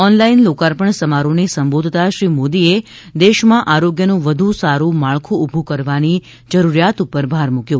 online લોકાર્પણ સમારોહને સંબોધતા શ્રી મોદીએ દેશમાં આરોગ્યનું વધુ સારું માળખું ઉભું કરવાની જરૂરિયાત પર ભાર મૂક્યો